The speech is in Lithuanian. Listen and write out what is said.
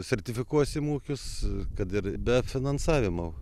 sertifikuosim ūkius kad ir be finansavimo